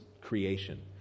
creation